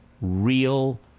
real